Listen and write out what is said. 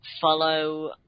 follow